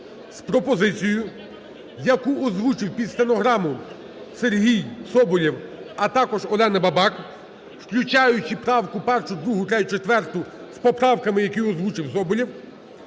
з пропозицією, яку озвучив під стенограму Сергій Соболєв, а також Олена Бабак, включаючи правку 1-у, 2-у, 3-ю, 4-у з поправками, які озвучив Соболєв,